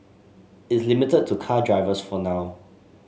it's limited to car drivers for now